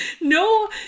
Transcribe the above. No